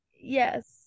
yes